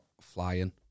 flying